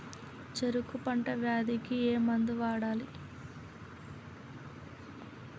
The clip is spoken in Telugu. చెరుకు పంట వ్యాధి కి ఏ మందు వాడాలి?